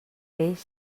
peix